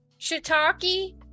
shiitake